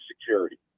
security